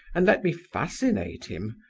and let me fascinate him,